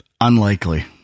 Unlikely